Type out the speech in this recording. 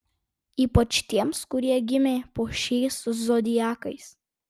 ypač tiems kurie gimė po šiais zodiakais